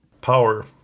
power